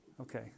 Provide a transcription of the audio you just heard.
okay